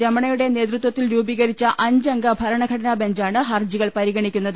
രമണയുടെ നേതൃത്വത്തിൽ രൂപീ കരിച്ച അഞ്ച് അംഗ ഭരണഘടനാ ബെഞ്ചാണ് ഹർജികൾ പരിഗണിക്കുന്നത്